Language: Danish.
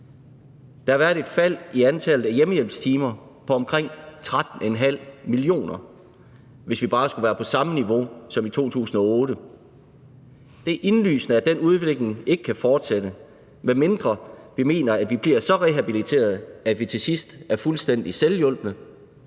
Der har været et fald i antallet af hjemmehjælpstimer på omkring 13,5 mio., hvis vi bare skulle være på samme niveau som i 2008. Det er indlysende, at den udvikling ikke kan fortsætte, medmindre vi mener, at vi bliver så rehabiliteret, at vi til sidst er fuldstændig selvhjulpne